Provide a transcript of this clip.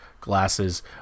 glasses